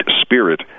Spirit